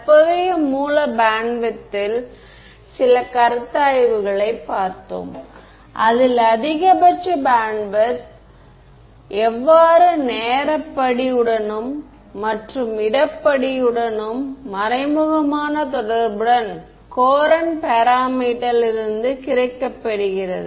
தற்போதைய மூல பேண்ட் விட்த்தில் சில கருத்தாய்வுகளைப் பார்த்தோம் அதில் அதிகபட்ச பேண்ட் விட்த் எவ்வாறு நேர படி உடனும் மற்றும் இட படி உடனும் மறைமுகமான தொடர்புடன் கோரண்ட் பேராமீட்டரிலிருந்து கிடைக்கப்பெறுகிறது